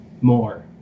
more